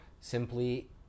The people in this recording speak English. simply